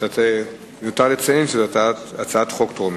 מיותר לציין שזוהי הצעת חוק טרומית.